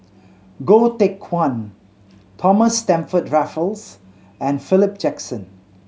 Goh Teck Phuan Thomas Stamford Raffles and Philip Jackson